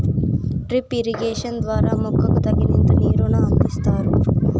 drip irrigation ద్వారా మొక్కకు తగినంత నీరును అందిస్తారు